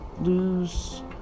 lose